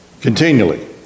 continually